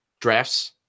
Drafts